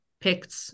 picked